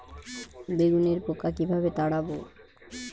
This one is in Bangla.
বেগুনের পোকা কিভাবে তাড়াব?